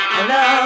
Hello